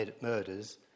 murders